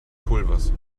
pulvers